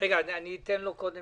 קודם